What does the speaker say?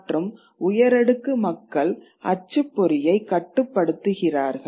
மற்றும் உயரடுக்கு மக்கள் அச்சுப்பொறியை கட்டுப்படுத்துகிறார்கள்